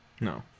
No